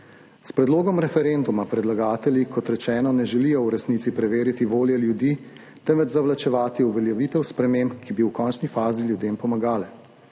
S predlogom referenduma predlagatelji, kot rečeno, ne želijo v resnici preveriti volje ljudi, temveč zavlačevati uveljavitev sprememb, ki bi v končni fazi ljudem pomagale.